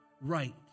right